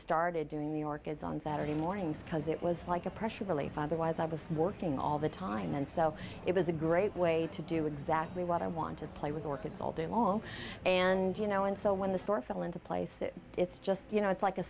started doing the york is on saturday mornings because it was like a pressure relief otherwise i was working all the time and so it was a great way to do exactly what i want to play with our kids all day long a and you know and so when the store fell into place it's just you know it's like a